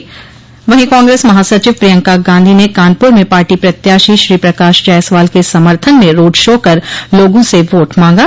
वहीं कांग्रेस महासचिव प्रियंका गांधी ने कानपुर में पार्टी प्रत्याशी श्रीप्रकाश जायसवाल के समर्थन में रोड शो कर लोगों से वोट मांगा